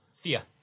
Thea